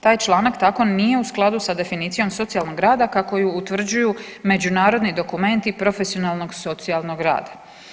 Taj članak nije u skladu sa definicijom socijalnog rada kako je utvrđuju međunarodni dokumenti profesionalnog, socijalnog rada.